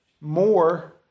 more